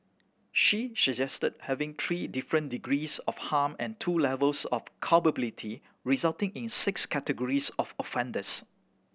she suggested having three different degrees of harm and two levels of culpability resulting in six categories of offenders